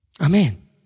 Amen